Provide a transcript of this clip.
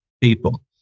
people